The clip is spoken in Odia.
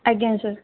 ଆଜ୍ଞା ସାର୍